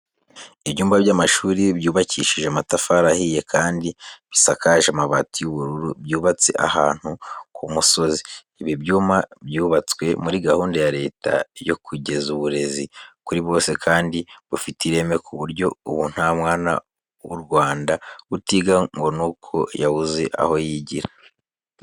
Ibyumba by'amashuri byubakishije amatafari ahiye, kandi bisakaje amabati y'ubururu, byubatse ahantu ku musozi. Ibi byumba byubatswe muri gahunda ya Leta yo kugeza uburezi kuri bose kandi bufite ireme ku buryo ubu nta mwana w'u Rwanda utiga ngo ni uko yabuze aho yigira.